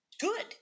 good